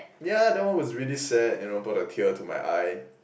ya that one was really sad you know brought a tear to my eye